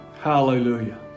Hallelujah